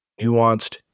nuanced